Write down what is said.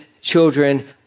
children